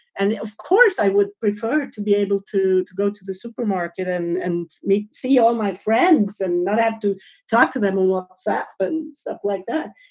and, of course, i would prefer to be able to to go to the supermarket and and see all my friends and not have to talk to them or whatsapp and stuff like that.